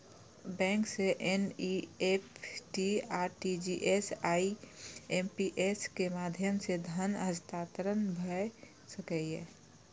bank सं NEFT, RTGS, IMPS के माध्यम सं धन हस्तांतरण भए सकैए